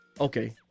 okay